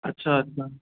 अच्छा अच्छा